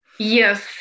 Yes